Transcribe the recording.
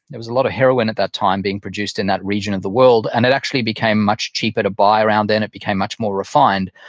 there was a lot of heroin at that time being produced in that region of the world and it actually became much cheaper to buy around then. it became much more refined.